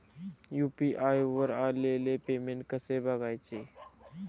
UPI वर आलेले payment कसे बघायचे?